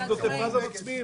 נגד עוטף עזה מצביעים?